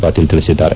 ಪಾಟೀಲ್ ತಿಳಿಸಿದ್ದಾರೆ